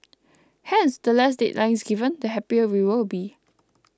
hence the less deadlines given the happier we will be